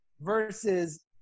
versus